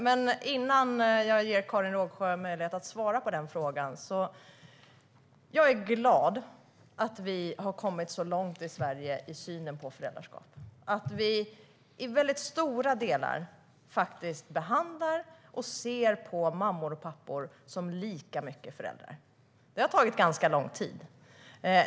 Men innan jag ger Karin Rågsjö möjlighet att svara på frågan vill jag säga att jag är glad att vi har kommit så långt i Sverige i synen på föräldraskap att vi i väldigt stora delar behandlar och ser på mammor och pappor som lika mycket föräldrar. Det har tagit ganska lång tid.